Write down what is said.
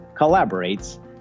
collaborates